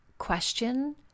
question